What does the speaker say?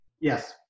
Yes